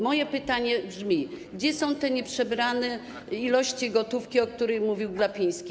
Moje pytanie brzmi: Gdzie są te nieprzebrane ilości gotówki, o której mówił Glapiński?